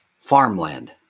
farmland